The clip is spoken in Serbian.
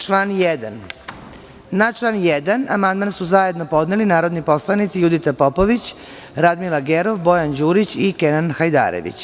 Član 1. Na član 1. amandman su zajedno podneli narodni poslanici Judita Popović, Radmila Gerov, Bojan Đurić i Kenan Hajdarević.